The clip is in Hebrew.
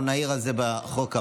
אנחנו נעיר על זה בחוק הבא.